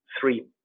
three